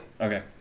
Okay